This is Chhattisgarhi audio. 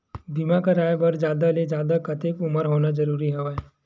बीमा कराय बर जादा ले जादा कतेक उमर होना जरूरी हवय?